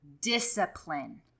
discipline